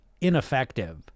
ineffective